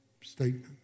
statement